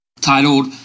titled